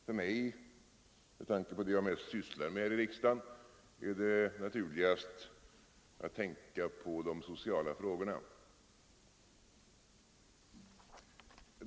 För mig är det — med tanke på det jag mest sysslar med här i riksdagen — naturligast att tänka på de sociala frågorna.